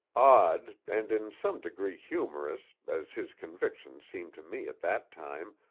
odd, and in some degree humorous, as his convictions seemed to me at that time,